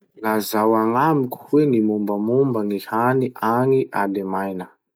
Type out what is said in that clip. Lazao agnamiko hoe gny mombamomba gny hany agny Alemaina?